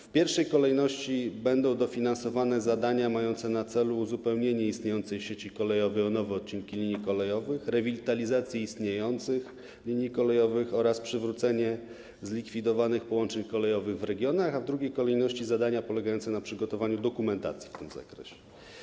W pierwszej kolejności będą dofinansowane zadania mające na celu uzupełnienie istniejącej sieci kolejowej o nowe odcinki linii kolejowych, rewitalizację istniejących linii kolejowych oraz przywrócenie zlikwidowanych połączeń kolejowych w regionach, a w drugiej kolejności - zadania polegające na przygotowaniu dokumentacji w tym zakresie.